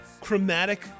chromatic